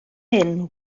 hyn